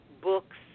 books